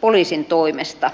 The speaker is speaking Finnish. poliisin toimesta